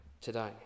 today